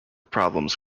problems